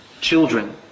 children